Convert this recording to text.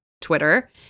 Twitter